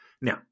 Now